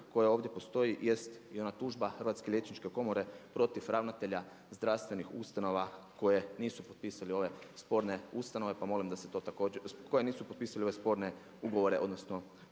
koja ovdje postoji jeste i ona tužba Hrvatske liječničke komore protiv ravnatelja zdravstvenih ustanova koje nisu potpisale ove sporne ustanove pa molim da se to također, koje nisu potpisale ove sporne ugovore odnosno